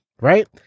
Right